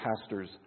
pastor's